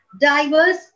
diverse